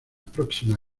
próxima